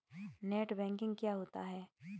Net banking क्या होता है?